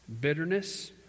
bitterness